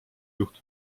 juht